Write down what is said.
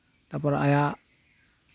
ᱟᱭᱟᱜ